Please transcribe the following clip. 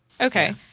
Okay